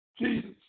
Jesus